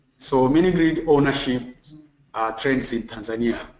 so ah mini grid ownership trends in tanzania.